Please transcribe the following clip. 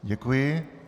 Děkuji.